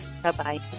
Bye-bye